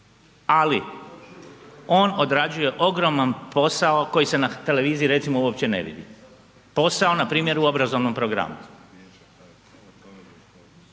ali on odrađuje ogroman posao koji se na televiziji recimo uopće ne vidi, posao npr. u obrazovnom programu.